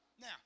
Now